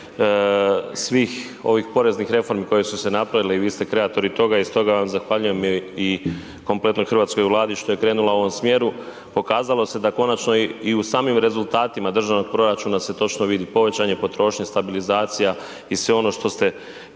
svih ovih poreznih reformi koje su se napravili i vi ste kreatori toga i stoga vam zahvaljujem i kompletnoj hrvatskoj Vladi što je krenula u ovom smjeru. Pokazalo se da konačno i u samim rezultatima državnog proračuna se točno vidi povećanje potrošnje, stabilizacija i sve ono što ste pričali.